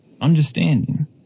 Understanding